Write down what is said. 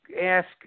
Ask